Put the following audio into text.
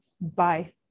Bye